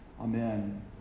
amen